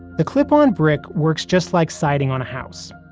the clip on brickworks just like siding on a house.